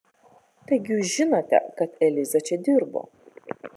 taigi jūs žinote kad eliza čia dirbo